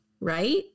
right